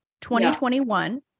2021